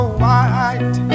white